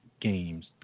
games